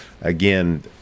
again